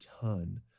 ton